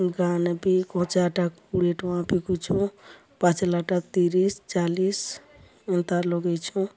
ଗାଁ'ନେ ବି କଞ୍ଚା'ଟା କୁଡ଼ିଏ ଟଙ୍କା ବିକୁଛୁଁ ପାଚ୍ଲା ଟା ତିରିଶ୍ ଚାଲିଶ୍ ଏନ୍ତା ଲଗେଇଛୁଁ